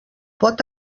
pot